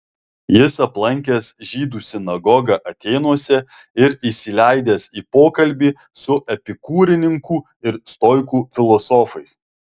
jis aplankęs žydų sinagogą atėnuose ir įsileidęs į pokalbį su epikūrininkų ir stoikų filosofais